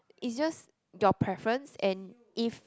it's just your preference and if